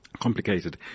Complicated